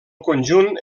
conjunt